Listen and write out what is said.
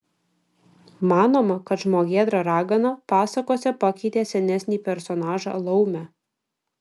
manoma kad žmogėdra ragana pasakose pakeitė senesnį personažą laumę